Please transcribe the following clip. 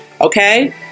Okay